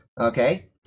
Okay